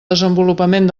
desenvolupament